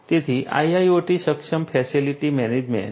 તેથી IIoT સક્ષમ facility management